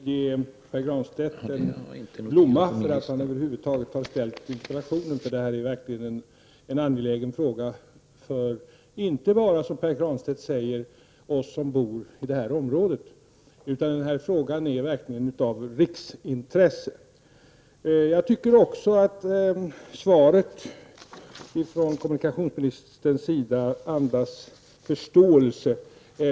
Herr talman! Jag vill först ge Pär Granstedt en blomma för att han över huvud taget har ställt interpellationen. Detta är, som Pär Granstedt säger, en fråga som inte bara är angelägen för oss som bor i detta område, utan det är en fråga av verkligt riksintresse. Jag tycker att kommunikationsministerns svar andas förståelse.